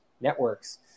networks